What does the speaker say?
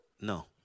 No